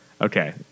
okay